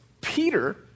Peter